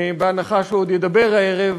בהנחה שהוא עוד ידבר הערב,